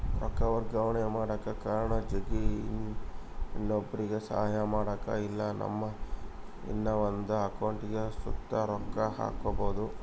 ರೊಕ್ಕ ವರ್ಗಾವಣೆ ಮಾಡಕ ಕಾರಣ ಜಗ್ಗಿ, ಇನ್ನೊಬ್ರುಗೆ ಸಹಾಯ ಮಾಡಕ ಇಲ್ಲಾ ನಮ್ಮ ಇನವಂದ್ ಅಕೌಂಟಿಗ್ ಸುತ ರೊಕ್ಕ ಹಾಕ್ಕ್ಯಬೋದು